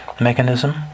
mechanism